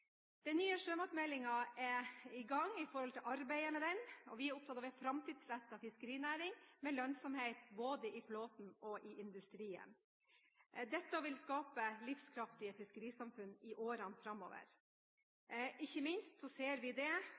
den nye sjømatmeldingen er i gang, og vi er opptatt av en framtidsrettet fiskerinæring med lønnsomhet både i flåten og i industrien. Dette vil skape livskraftige fiskerisamfunn i årene framover, noe vi ikke minst ser på Senja, i Lofoten og i Vesterålen, og vi